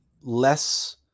less